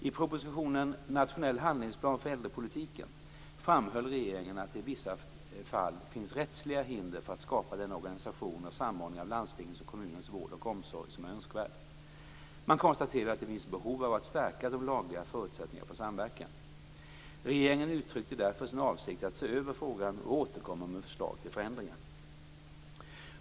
I propositionen Nationell handlingsplan för äldrepolitiken framhöll regeringen att det i vissa fall finns rättsliga hinder för att skapa den organisation och samordning av landstingens och kommunernas vård och omsorg som är önskvärd. Man konstaterade att det finns behov av att stärka de lagliga förutsättningarna för samverkan. Regeringen uttryckte därför sin avsikt att se över frågan och återkomma med förslag till förändringar.